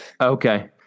okay